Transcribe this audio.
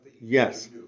Yes